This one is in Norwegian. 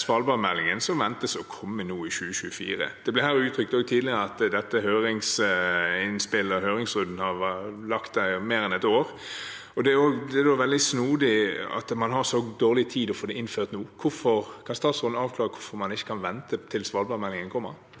svalbardmeldingen som ventes å komme nå, i 2024. Det ble også uttrykt her tidligere at høringsinnspillet og høringsrunden har ligget der mer enn et år, og det er da veldig snodig at man har så dårlig tid og vil få det innført nå. Kan statsråden avklare hvorfor man ikke kan vente til svalbardmeldingen kommer?